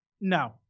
No